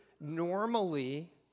normally